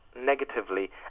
negatively